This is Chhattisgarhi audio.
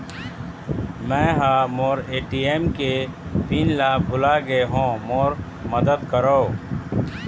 मै ह मोर ए.टी.एम के पिन ला भुला गे हों मोर मदद करौ